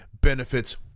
benefits